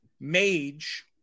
Mage